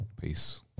Peace